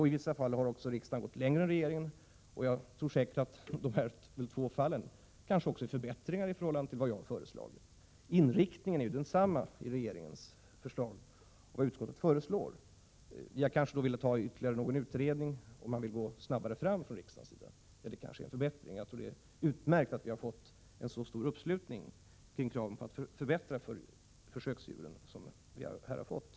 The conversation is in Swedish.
I vissa fall har riksdagen gått längre än regeringen. Jag tror att det i de två fall som det gäller är fråga om förbättringar i förhållande till vad jag har föreslagit. Inriktningen är densamma i regeringens förslag som i utskottets förslag. Jag ville kanske företa ytterligare någon utredning, medan riksdagen vill gå snabbare fram, vilket kanske är en förbättring. Jag tycker att det är utmärkt att vi har fått en så stor uppslutning kring kraven på att förbättra förhållandena för försöksdjuren som vi här har fått.